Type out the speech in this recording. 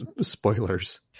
spoilers